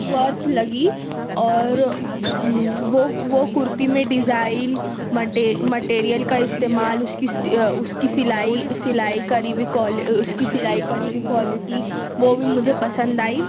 worth لگی اور وہ وہ کُرتی میں ڈیزائن مٹیریل کا استعمال اُس کی اُس کی سلائی سلائی کری ہوئی اِس کی سلائی کری ہوئی کوالٹی وہ بھی مجھے پسند آئی